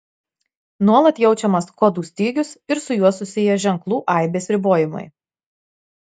nuolat jaučiamas kodų stygius ir su juo susiję ženklų aibės ribojimai